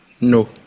No